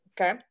Okay